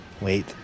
wait